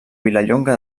vilallonga